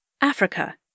Africa